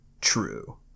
True